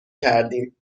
کردیم